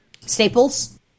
Staples